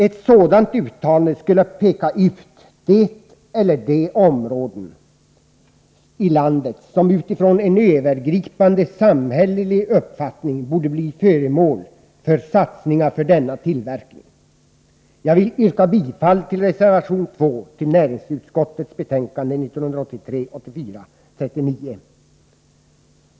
Ett sådant uttalande skulle peka ut det eller de områden i landet som utifrån en övergripande samhällelig uppfattning borde bli föremål för satsningar för denna tillverkning. Jag vill yrka bifall till reservation 2 till näringsutskottets betänkande 1983/84:39.